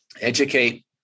educate